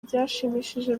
byashimishije